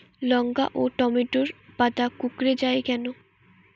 লঙ্কা ও টমেটোর পাতা কুঁকড়ে য়ায় কেন?